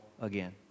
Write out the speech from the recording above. again